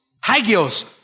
Hagios